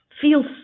feels